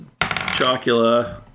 Chocula